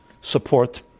support